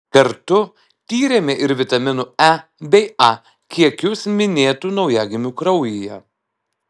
kartu tyrėme ir vitaminų e bei a kiekius minėtų naujagimių kraujyje